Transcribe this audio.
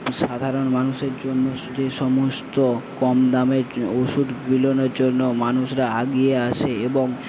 সাধারণ মানুষের জন্য যে সমস্ত কম দামের ঔষধ বিলোনোর জন্য মানুষরা এগিয়ে আসে এবং